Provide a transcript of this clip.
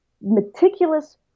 meticulous